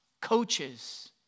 coaches